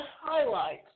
highlights